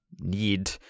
need